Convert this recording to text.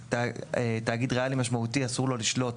תאגיד ריאלי משמעותי אסור לו לשלוט